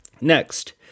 Next